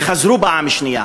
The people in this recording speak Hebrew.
והם חזרו פעם שנייה.